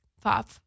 pop